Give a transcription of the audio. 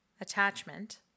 attachment